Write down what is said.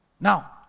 Now